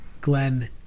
Glenn